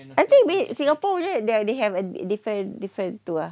I think wait singapore punya that they have a different different tu ah